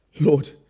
Lord